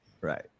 Right